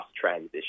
transition